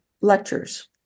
lectures